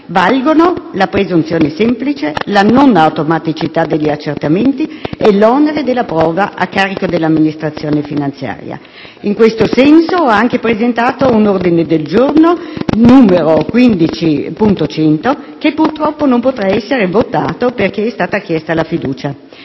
valgono la presunzione semplice, la non automaticità degli accertamenti e l'onere della prova a carico dell'amministrazione finanziaria. In tal senso ho anche presentato l'ordine del giorno G15.100 (testo 2), che purtroppo non potrà essere votato perché è stata chiesta la fiducia.